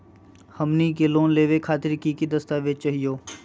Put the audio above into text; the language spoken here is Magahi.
हमनी के लोन लेवे खातीर की की दस्तावेज चाहीयो?